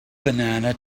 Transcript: banana